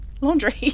laundry